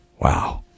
wow